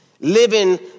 Living